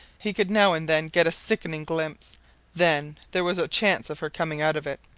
he could now and then get a sickening glimpse then there was a chance of her coming out of it.